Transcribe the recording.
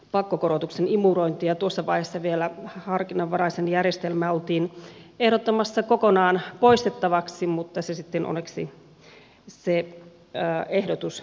tuossa vaiheessa vielä harkinnanvaraista järjestelmää oltiin ehdottamassa kokonaan poistettavaksi mutta se ehdotus sitten onneksi peruttiin